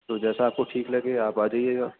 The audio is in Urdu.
تو جیسا آپ کو ٹھیک لگے آپ آ جائیے گا